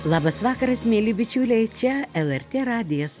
labas vakaras mieli bičiuliai čia lrt radijas